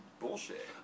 bullshit